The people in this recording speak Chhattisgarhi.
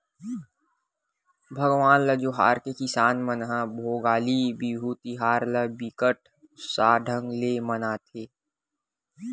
भगवान ल जोहार के किसान मन ह भोगाली बिहू तिहार ल बिकट उत्साह ढंग ले मनाथे